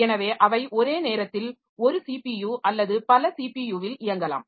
எனவே அவை ஒரே நேரத்தில் ஒரு ஸிபியு அல்லது பல ஸிபியுவில் இயங்கலாம்